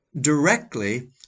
directly